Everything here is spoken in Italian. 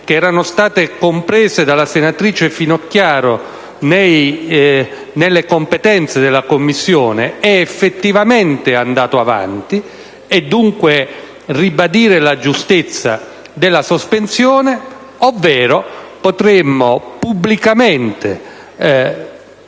materie comprese dalla senatrice Finocchiaro nelle competenze della Commissione sia effettivamente andato avanti, e quindi ribadire la giustezza della sospensione. Potremo però pubblicamente